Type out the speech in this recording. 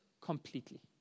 completely